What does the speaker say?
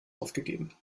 aufgegeben